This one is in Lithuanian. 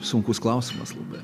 sunkus klausimas labai